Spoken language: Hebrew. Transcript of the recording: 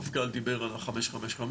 המפכ"ל דיבר על 555,